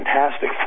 fantastic